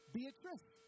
Beatrice